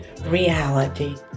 reality